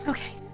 Okay